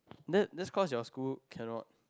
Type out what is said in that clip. that's that's cause your school cannot